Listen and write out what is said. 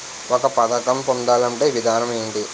ఒక పథకం పొందాలంటే విధానం ఏంటి?